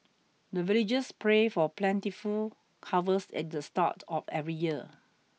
the villagers pray for plentiful harvest at the start of every year